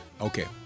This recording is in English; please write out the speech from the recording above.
okay